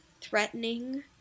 threatening